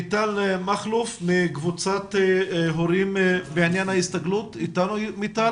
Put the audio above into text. מיטל מכלוף מקבוצת ההורים, בעניין ההסתגלות בבקשה.